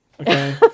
okay